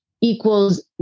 equals